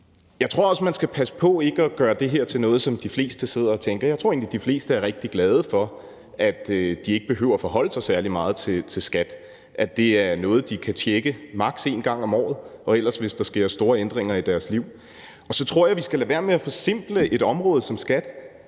jeg tror også, man skal passe på ikke at gøre det her til noget, som de fleste sidder og tænker at de ikke behøver at forholde sig til. Jeg tror egentlig, de fleste er rigtig glade for, at de ikke behøver at forholde sig særlig meget til skat, at det er noget, de kan tjekke maks. en gang om året, og ellers hvis der sker store ændringer i deres liv. Så tror jeg, vi skal lade være med at forsimple et område som skat.